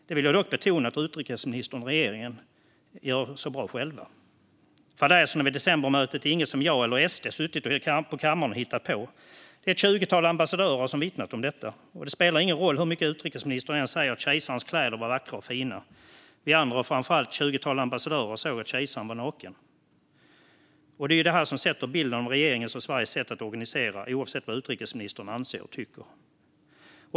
Det vill jag dock betona att utrikesministern och regeringen gör så bra själva. Fadäserna vid decembermötet är inget som jag eller SD har suttit på kammaren och hittat på, utan ett tjugotal ambassadörer har vittnat om detta. Och det spelar ingen roll hur mycket utrikesministern än säger att kejsarens kläder var vackra och fina - vi andra, och framför allt ett tjugotal ambassadörer, såg att kejsaren var naken. Det är ju detta som sätter bilden av regeringens och Sveriges sätt att organisera, oavsett vad utrikesministern anser och tycker.